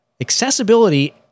accessibility